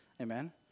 Amen